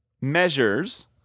measures